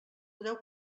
podeu